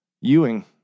Ewing